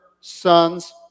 sons